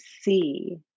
see